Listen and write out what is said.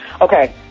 okay